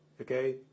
okay